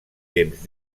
temps